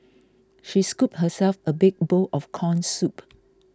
she scooped herself a big bowl of Corn Soup